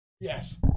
Yes